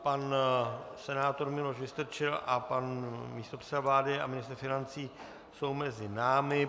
Pan senátor Miloš Vystrčil a pan místopředseda vlády a ministr financí jsou mezi námi.